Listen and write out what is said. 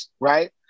right